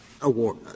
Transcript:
award